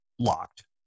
locked